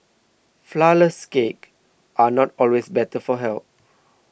Flourless Cakes are not always better for health